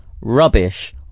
rubbish